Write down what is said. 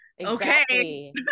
Okay